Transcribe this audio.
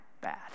bad